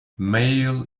male